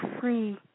free